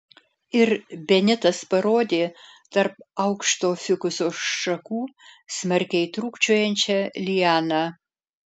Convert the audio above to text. ir benitas parodė tarp aukšto fikuso šakų smarkiai trūkčiojančią lianą